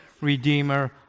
redeemer